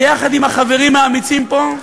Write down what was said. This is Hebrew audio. ביחד עם החברים האמיצים פה,